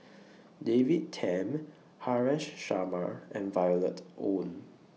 David Tham Haresh Sharma and Violet Oon